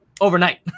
overnight